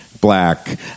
black